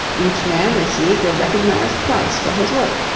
each man received a recognized price for his work,